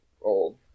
Old